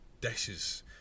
dishes